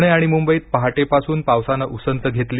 पणे आणि मुंबईत पहाटेपासून पावसानं उसंत घेतली